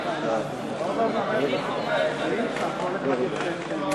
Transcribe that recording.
לא העברתם לי חתימות.